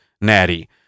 natty